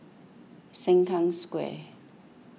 Sengkang Square